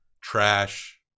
trash